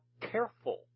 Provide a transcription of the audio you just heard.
careful